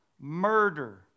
murder